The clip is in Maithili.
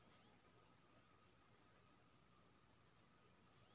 सामाजिक सहायता योजना में भेटल राशि सरकार के घुराबै परतै?